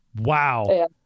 Wow